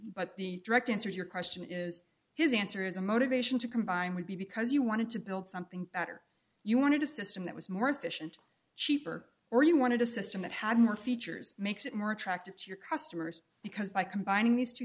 but the direct answer your question is his answer is a motivation to combine would be because you wanted to build something better you wanted to system that was more efficient cheaper or you wanted a system that had more features makes it more attractive to your customers because by combining these two